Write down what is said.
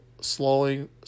slowing